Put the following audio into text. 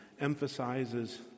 emphasizes